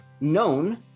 known